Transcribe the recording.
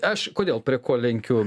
aš kodėl prie ko lenkiu